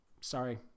sorry